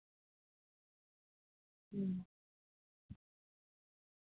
ᱦᱩᱸ